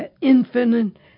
infinite